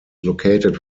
located